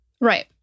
Right